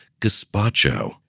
gazpacho